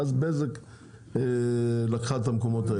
ואז בזק לקחה את המקומות האלה.